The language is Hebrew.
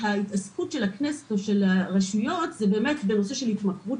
ההתעסקות של הכנסת או הרשויות זה בנושא של התמכרות